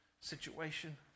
situation